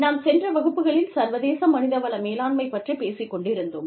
நாம் சென்ற வகுப்புகளில் சர்வதேச மனித வள மேலாண்மை பற்றிப் பேசிக் கொண்டிருந்தோம்